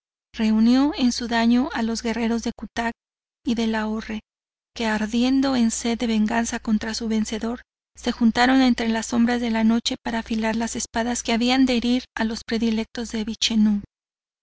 reunió en su daño a los guerreros de cutac y de lahorre que ardiendo en sed de venganza contra su vencedor se juntaron entre las sombras de la noche para afilar las espadas que habían de herir a los predilectos de vichenú